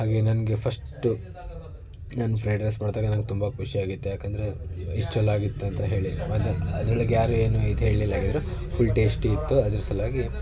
ಹಾಗೆ ನನಗೆ ಫಸ್ಟು ನಾನು ಫ್ರೈಡ್ ರೈಸ್ ಮಾಡಿದಾಗ ನಂಗೆ ತುಂಬ ಖುಷಿ ಆಗಿತ್ತು ಏಕೆಂದ್ರೆ ಇಷ್ಟು ಚೆನ್ನಾಗಿತ್ತು ಅಂತ ಹೇಳಿ ಅದರ ಅದ್ರೊಳಗೆ ಯಾರು ಏನು ಇದು ಹೇಳಲಿಲ್ಲ ಏಕೆಂದ್ರೆ ಫುಲ್ ಟೇಸ್ಟಿ ಇತ್ತು ಅದ್ರ ಸಲುವಾಗಿ